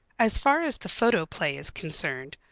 as far as the photoplay is concerned,